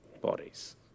bodies